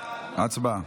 הצבעה.